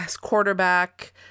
quarterback